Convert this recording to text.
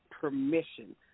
permission